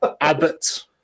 Abbott